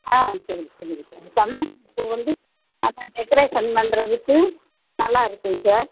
ஆ சரிங்க சரிங்க சார் சம்மங்கிப்பூ வந்து நல்லா டெக்கரேஷன் பண்ணுறதுக்கு நல்லாயிருக்கும் சார்